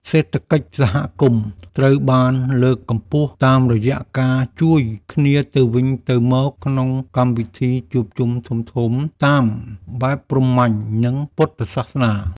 សេដ្ឋកិច្ចសហគមន៍ត្រូវបានលើកកម្ពស់តាមរយៈការជួយគ្នាទៅវិញទៅមកក្នុងកម្មវិធីជួបជុំធំៗតាមបែបព្រហ្មញ្ញ និងពុទ្ធសាសនា។